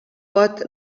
pot